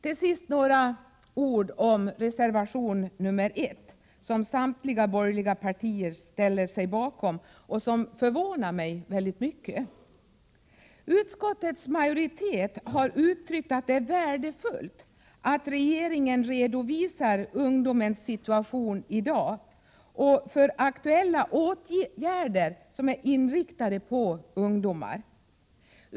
Till sist några ord om reservation 1, som samtliga borgerliga partier ställer sig bakom, något som förvånar mig mycket. Utskottets majoritet har betonat att det är värdefullt att regeringen redogör för ungdomens situation i dag och aktuella åtgärder inriktade på ungdomar.